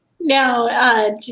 Now